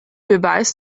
beweis